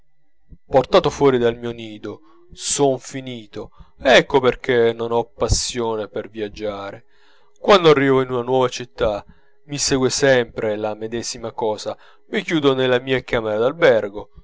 portato fuor del mio nido son finito ecco perchè non ho passione per viaggiare quando arrivo in una nuova città mi segue sempre la medesima cosa mi chiudo nella mia camera d'albergo